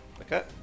Okay